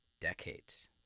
decades